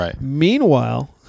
Meanwhile